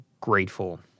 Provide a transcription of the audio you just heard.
grateful